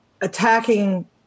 attacking